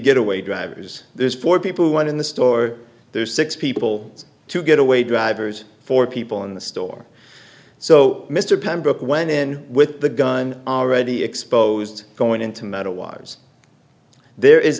get away drivers there's four people one in the store there's six people to get away drivers for people in the store so mr pembroke went in with the gun are already exposed going into metal wires there is